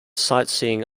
sightseeing